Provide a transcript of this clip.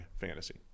Fantasy